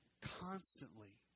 constantly